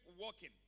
walking